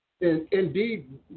Indeed